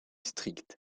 strict